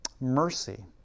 mercy